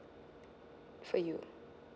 for you